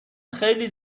خیلی